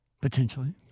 Potentially